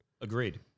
Agreed